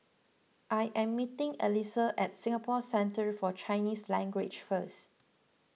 I am meeting Alesia at Singapore Centre for Chinese Language first